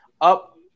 up